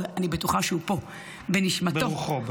אבל אני בטוחה שהוא פה בנשמתו -- ברוחו.